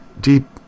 deep